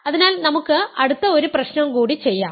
അതിനാൽ നമുക്ക് അടുത്ത ഒരു പ്രശ്നം കൂടി ചെയ്യാം